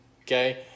okay